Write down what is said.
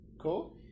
cool